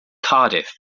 cardiff